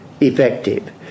effective